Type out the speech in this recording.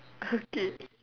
okay